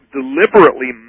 deliberately